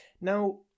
now